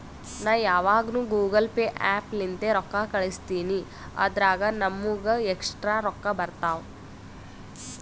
ನಾ ಯಾವಗ್ನು Google Pay app ಲಿಂತೇ ರೊಕ್ಕಾ ಕಳುಸ್ತಿನಿ ಅದುರಾಗ್ ನಮ್ಮೂಗ ಎಕ್ಸ್ಟ್ರಾ ರೊಕ್ಕಾ ಬರ್ತಾವ್